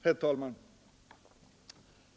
Herr talman!